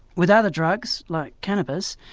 with other drugs, like cannabis,